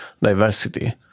diversity